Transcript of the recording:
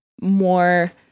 more